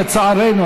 לצערנו.